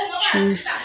choose